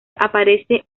aparece